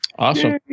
Awesome